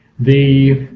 the